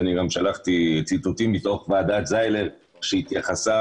וגם שלחתי ציטוטים מתוך ועדת זיילר שהתייחסה